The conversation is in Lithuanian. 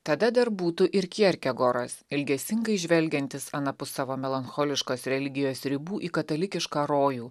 tada dar būtų ir kjerkegoras ilgesingai žvelgiantis anapus savo melancholiškos religijos ribų į katalikišką rojų